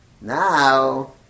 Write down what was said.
now